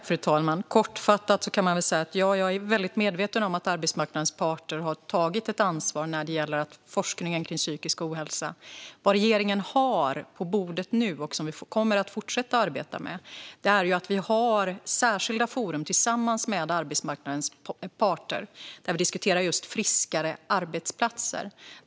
Fru talman! Kortfattat kan jag säga att jag är väldigt medveten om att arbetsmarknadens parter har tagit ett ansvar för forskningen om psykisk ohälsa. Vad regeringen nu har på bordet, och som vi kommer att fortsätta att arbeta med, är att vi har särskilda forum tillsammans med arbetsmarknadens parter där vi diskuterar just friskare arbetsplatser.